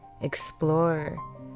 explore